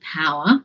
power